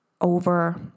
over